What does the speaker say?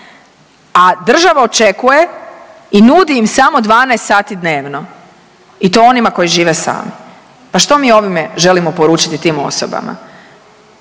a država očekuje i nudi im samo 12 sati dnevno i to onima koji žive sami. Pa što mi ovime želimo poručiti tim osobama?